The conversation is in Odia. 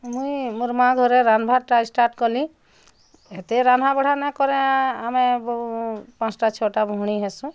ମୁଇଁ ମୋର୍ ମାଆ ଘରେ ରାନ୍ଧବାରଟା ଷ୍ଟାର୍ଟ୍ କଲି ହେତେ ରାନ୍ଧାବଢ଼ା ନାଇଁ କଁରେ ଆମେ ପାଞ୍ଚଟା ଛଅଟା ଭଉଣୀ ହେସୁଁ